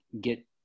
get